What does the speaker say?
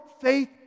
faith